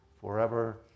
forever